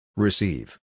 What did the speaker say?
Receive